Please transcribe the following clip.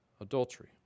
adultery